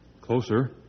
Closer